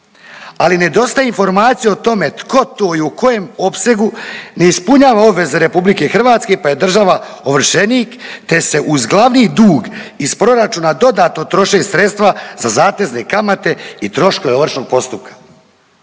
Ali nedostaje informacija o tome tko to i u kojem opsegu ne ispunjava obveze RH pa je država ovršenik te se uz glavni dug iz proračuna dodatno troše sredstva za zatezne kamate i troškove ovršnog postupka.